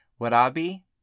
Wadabi